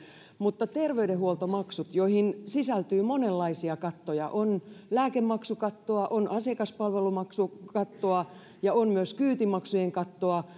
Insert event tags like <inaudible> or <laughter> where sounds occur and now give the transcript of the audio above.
mutta terveydenhuoltomaksut joihin sisältyy monenlaisia kattoja on lääkemaksukattoa on asiakaspalvelumaksukattoa ja on myös kyytimaksujen kattoa <unintelligible>